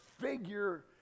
figure